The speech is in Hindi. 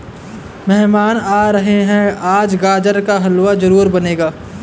मेहमान आ रहे है, आज गाजर का हलवा जरूर बनेगा